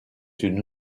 une